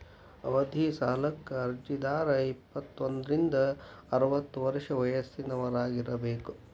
ಅವಧಿ ಸಾಲಕ್ಕ ಅರ್ಜಿದಾರ ಇಪ್ಪತ್ತೋಂದ್ರಿಂದ ಅರವತ್ತ ವರ್ಷ ವಯಸ್ಸಿನವರಾಗಿರಬೇಕ